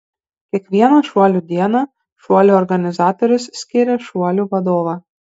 kiekvieną šuolių dieną šuolių organizatorius skiria šuolių vadovą